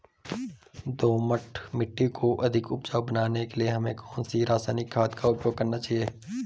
दोमट मिट्टी को अधिक उपजाऊ बनाने के लिए हमें कौन सी रासायनिक खाद का प्रयोग करना चाहिए?